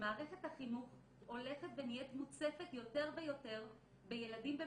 שמערכת החינוך הולכת ונהיית מוצפת יותר ויותר בילדים במצוקה,